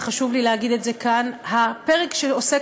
חשוב לי להגיד את זה כאן: הפרק שעוסק